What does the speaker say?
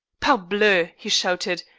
parbleu, he shouted,